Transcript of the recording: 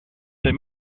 der